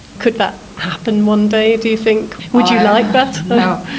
could that happen one day do you think? would you like that? no,